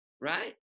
right